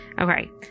Okay